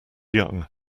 young